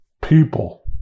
people